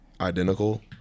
identical